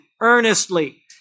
earnestly